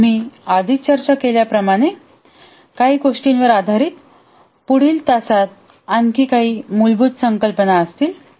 आम्ही आधीच चर्चा केलेल्या गोष्टींवर आधारित पुढील तासात आणखी काही मूलभूत संकल्पना असतील